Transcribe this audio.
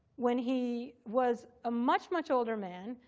when he was a much, much older man,